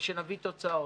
ושנביא תוצאות.